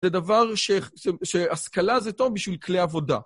זה דבר שהשכלה זה טוב בשביל כלי עבודה.